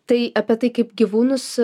tai apie tai kaip gyvūnus